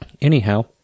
Anyhow